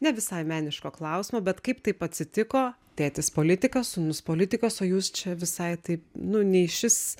ne visai meniško klausimo bet kai taip atsitiko tėtis politikas sūnus politikas o jūs čia visai taip nu nei šis